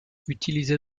utilisé